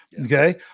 Okay